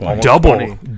double